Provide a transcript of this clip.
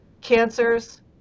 cancers